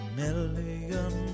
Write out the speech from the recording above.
million